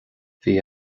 bhí